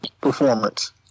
performance